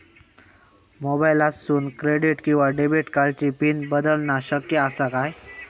मोबाईलातसून क्रेडिट किवा डेबिट कार्डची पिन बदलना शक्य आसा काय?